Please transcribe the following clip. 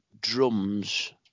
drums